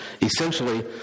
essentially